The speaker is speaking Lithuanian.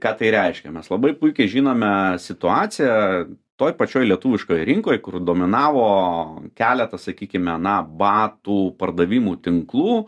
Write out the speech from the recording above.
ką tai reiškia mes labai puikiai žinome situaciją toj pačioj lietuviškoje rinkoj kur dominavo keletas sakykime na batų pardavimų tinklų